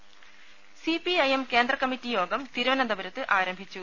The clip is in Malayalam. രുദ സിപിഐഎം കേന്ദ്ര കമ്മിറ്റി യോഗം തിരുവനന്തപുരത്ത് ആരംഭിച്ചു